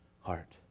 heart